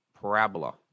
parabola